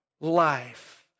life